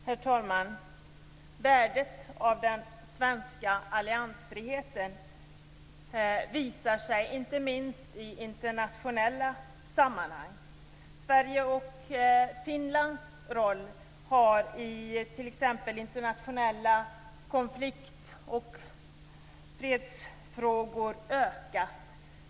Herr talman! Värdet av den svenska alliansfriheten visar sig inte minst i internationella sammanhang. Sveriges och Finlands roller har ökat i t.ex. internationella konflikt och fredsfrågor.